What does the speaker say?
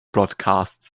broadcasts